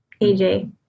AJ